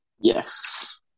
Yes